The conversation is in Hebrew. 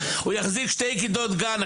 הוא יחזיק שתי כיתות גן,